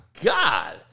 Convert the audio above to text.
God